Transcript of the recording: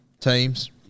Teams